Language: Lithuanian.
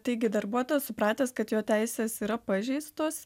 taigi darbuotojas supratęs kad jo teisės yra pažeistos